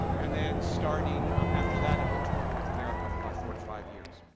and then starting um after that, it will tour north america for about four to five years.